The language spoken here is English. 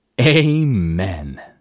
Amen